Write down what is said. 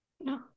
No